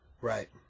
Right